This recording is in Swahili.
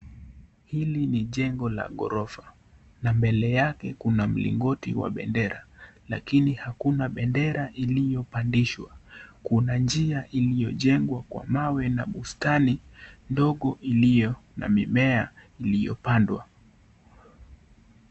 Hili ni jengo la ghorofa na mbele yake kuna mlingoti wa bendera lakini hakuna bendera iliyopandishwa kuna njia iliyojengwa kwa mawe na bustani ndogo iliyo na mimea iliyopandwa.